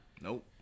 Nope